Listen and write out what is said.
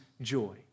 joy